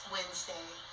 Wednesday